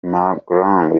mahlangu